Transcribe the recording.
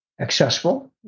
accessible